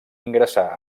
ingressà